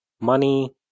money